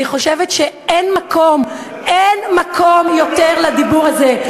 אני חושבת שאין מקום, אין מקום יותר לדיבור הזה.